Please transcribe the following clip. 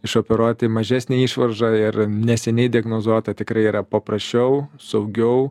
išoperuoti mažesnę išvaržą ir neseniai diagnozuotą tikrai yra paprasčiau saugiau